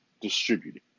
distributed